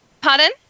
Pardon